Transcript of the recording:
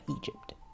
Egypt